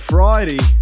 Friday